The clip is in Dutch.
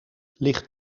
ligt